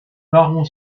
baron